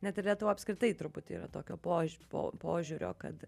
net ir lietuva apskritai truputį yra tokio požiūrio po požiūrio kad